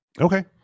Okay